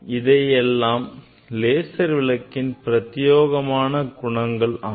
இவையெல்லாம் லேசர் விளக்கின் பிரத்யேக குணங்கள் ஆகும்